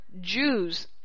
Jews